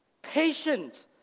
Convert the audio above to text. patient